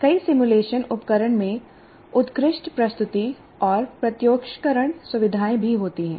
कई सिमुलेशन उपकरण में उत्कृष्ट प्रस्तुति और प्रत्योक्षकरण सुविधाएँ भी होती हैं